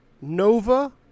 Nova